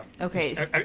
Okay